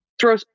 throw